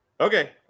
Okay